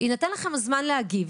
יינתן לך הזמן להגיב,